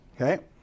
Okay